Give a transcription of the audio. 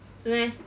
是 meh